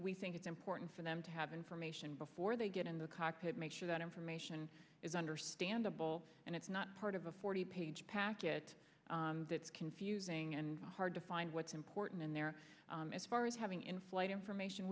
we think it's important for them to have information before they get in the cockpit make sure that information is understandable and it's not part of a forty page packet that's confusing and hard to find what's important in there as far as having in flight information